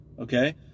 okay